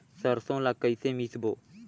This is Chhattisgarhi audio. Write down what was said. सरसो ला कइसे मिसबो?